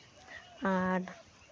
ᱟᱨ